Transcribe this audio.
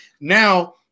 Now